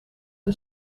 een